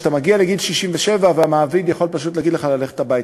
שאתה מגיע לגיל 67 והמעביד יכול פשוט להגיד לך ללכת הביתה.